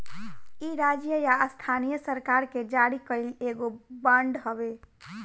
इ राज्य या स्थानीय सरकार के जारी कईल एगो बांड हवे